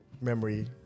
memory